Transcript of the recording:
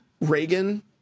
Reagan